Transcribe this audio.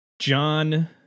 John